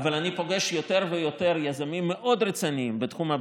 אם לא תשנה את זה,